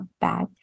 back